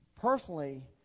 personally